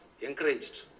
encouraged